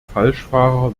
falschfahrer